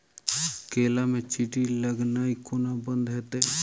केला मे चींटी लगनाइ कोना बंद हेतइ?